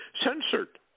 censored